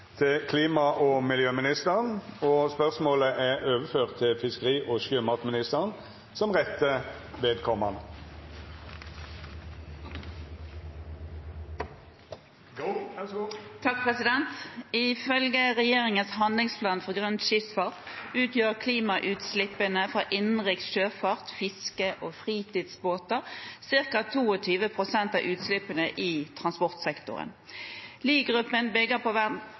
til klima- og miljøministeren, vil verta svara på av fiskeri- og sjømatministeren som rette vedkomande. «Ifølge regjeringens handlingsplan for grønn skipsfart utgjør klimagassutslippene fra innenriks sjøfart, fiske og fritidsbåter ca. 22 pst. av utslippene i transportsektoren. Liegruppen bygger